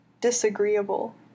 disagreeable